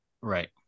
Right